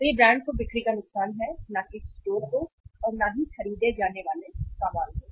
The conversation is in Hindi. तो यह ब्रांड को बिक्री का नुकसान है न कि स्टोर को और न ही खरीदे जाने वाले सामान को